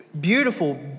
beautiful